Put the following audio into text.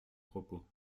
propos